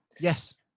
Yes